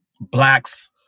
blacks